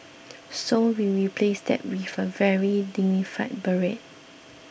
so we replaced that with a very dignified beret